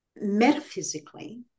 metaphysically